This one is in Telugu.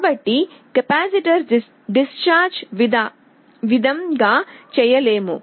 కాబట్టి కెపాసిటర్ డిశ్చార్జ్ విధం గా చేయలేము